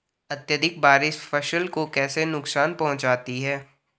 अत्यधिक बारिश फसल को कैसे नुकसान पहुंचाती है?